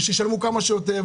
ושישלמו כמה שיותר,